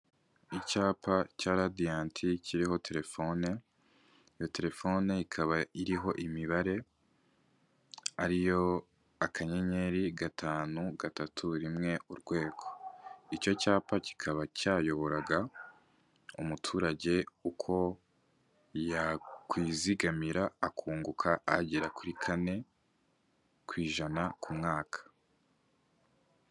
Icyapa cya radiyanti kiriho telefone, iyo telefone ikaba iriho imibare ariyo akanyeri, gatanu, gatatu, rimwe, urwego. Icyo cyapa kikaba cyayoboraga umuturage uko yakwizigamira akunguka agera kuri kane ku ijana ku mwaka.